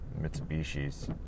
Mitsubishi's